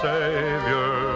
Savior